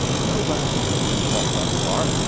no battle has been fought thus far,